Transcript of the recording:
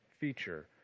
feature